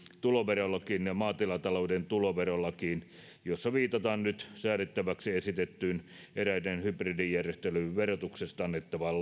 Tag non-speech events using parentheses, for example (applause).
tuloverolakiin ja maatilatalouden tuloverolakiin joissa viitataan nyt säädettäväksi esitettyyn eräiden hybridijärjestelyjen verotuksesta annettavaan (unintelligible)